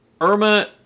Irma